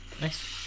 nice